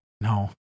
No